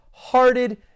hearted